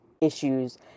issues